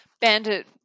Bandit